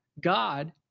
God